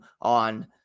on